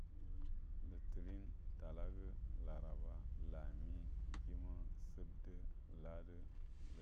Lətərin, talagə, laraba, lamie, jəməa, səbdə, ladə